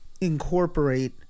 incorporate